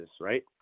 right